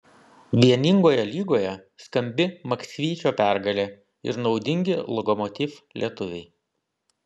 vieningoje lygoje skambi maksvyčio pergalė ir naudingi lokomotiv lietuviai